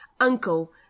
uncle